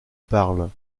parlent